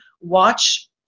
watch